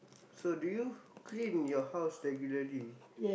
so do you clean your house regularly